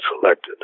selected